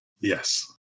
Yes